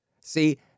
See